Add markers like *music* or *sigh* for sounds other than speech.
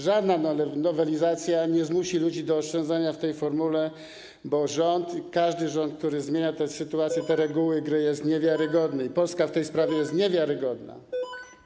Żadna nowelizacja nie zmusi ludzi do oszczędzania w tej formule, bo rząd, każdy rząd, który zmienia *noise* tę sytuację, te reguły gry, jest niewiarygodny - i Polska w tej sprawie jest niewiarygodna.